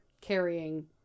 carrying